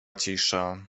cisza